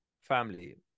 family